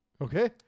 Okay